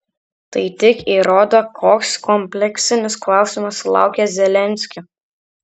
tai tik įrodo koks kompleksinis klausimas laukia zelenskio